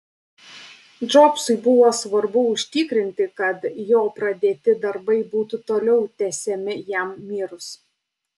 džobsui buvo svarbu užtikrinti kad jo pradėti darbai būtų toliau tęsiami jam mirus